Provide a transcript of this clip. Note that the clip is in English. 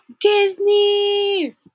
Disney